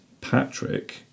Patrick